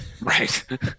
Right